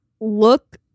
look